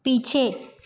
पीछे